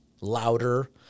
louder